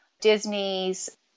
Disney's